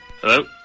Hello